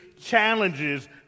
challenges